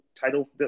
title